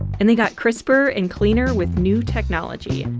and they got crisper and cleaner with new technology.